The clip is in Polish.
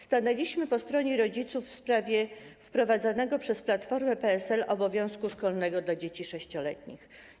Stanęliśmy po stronie rodziców w sprawie wprowadzanego przez Platformę i PSL obowiązku szkolnego dla dzieci 6-letnich.